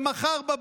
כשהמשאב הזה קיים,